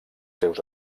seus